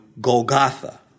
Golgotha